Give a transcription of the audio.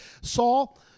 Saul